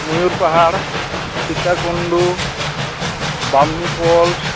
ᱢᱩᱭᱩᱨ ᱯᱟᱦᱟᱲ ᱥᱤᱛᱟ ᱠᱩᱱᱰᱩ ᱵᱟᱢᱱᱤ ᱯᱷᱚᱱ